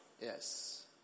Yes